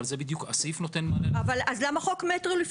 במה הוא עוסק